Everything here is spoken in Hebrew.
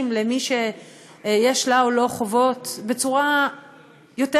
למי שיש לה או לו חובות בצורה יותר,